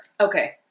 Okay